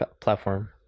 platform